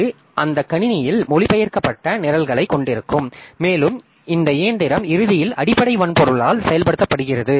இது அந்த கணினியில் மொழிபெயர்க்கப்பட்ட நிரல்களைக் கொண்டிருக்கும் மேலும் இந்த இயந்திரம் இறுதியில் அடிப்படை வன்பொருளால் செயல்படுத்தப்படுகிறது